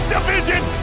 Division